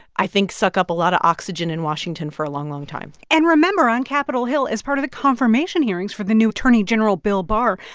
i think, suck up a lot of oxygen in washington for a long, long time and remember, on capitol hill, as part of the confirmation hearings for the new attorney general, bill barr,